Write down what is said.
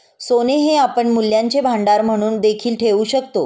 सोने हे आपण मूल्यांचे भांडार म्हणून देखील ठेवू शकतो